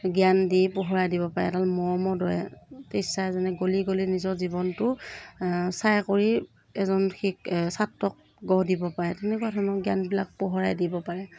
জ্ঞান দি পোহৰাই দিব পাৰে এডাল মমৰ দৰে টিচাৰ এজনে গলি গলি নিজৰ জীৱনটো ছাঁই কৰি এজন শি ছাত্ৰক গঢ় দিব পাৰে তেনেকুৱা ধৰণৰ জ্ঞানবিলাক পোহৰাই দিব পাৰে